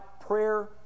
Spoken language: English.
prayer